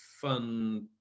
fun